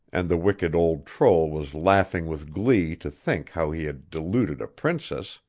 and the wicked old troll was laughing with glee to think how he had deluded a princess,